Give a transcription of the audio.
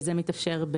זה מתאפשר,